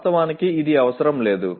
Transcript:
వాస్తవానికి ఇది అవసరం లేదు